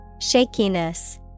Shakiness